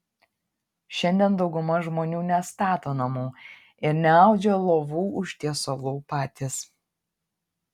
šiandien dauguma žmonių nestato namų ir neaudžia lovų užtiesalų patys